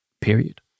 period